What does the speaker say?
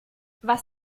was